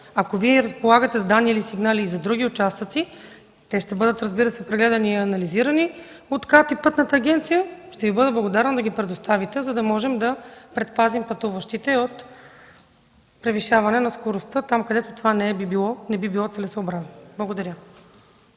Ако Вие разполагате с данни или сигнали за други участъци, разбира се, те ще бъдат прегледани и анализирани от КАТ и Пътната агенция. Ще Ви бъда благодарна да ги предоставите, за да можем да предоставим пътуващите от превишаване на скоростта там, където това не би било целесъобразно. Благодаря